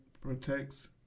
protects